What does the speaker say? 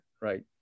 right